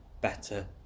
better